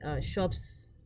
shops